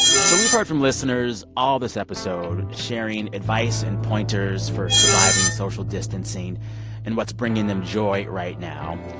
so we've heard from listeners all this episode sharing advice and pointers for surviving social distancing and what's bringing them joy right now.